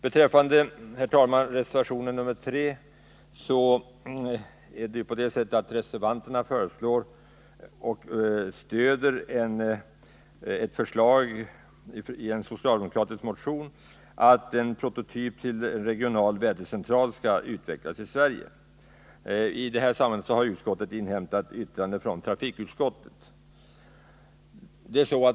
Beträffande reservation 3 är det ju på det sättet att reservanterna stöder ett förslag i en socialdemokratisk motion om att en prototyp till regional vädercentral skall utvecklas i Sverige. I sammanhanget har näringsutskottet inhämtat yttrande från trafikutskottet.